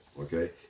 Okay